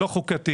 לא חוקתי